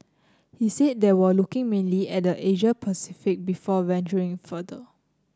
he said they were looking mainly at the Asia Pacific before venturing further